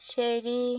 ശരി